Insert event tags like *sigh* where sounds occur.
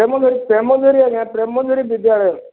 ପ୍ରେମଜରି *unintelligible* ପ୍ରେମଜରି ଆଜ୍ଞା ପ୍ରେମଜରି ବିଦ୍ୟାଳୟ